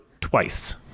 twice